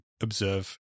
observe